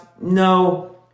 No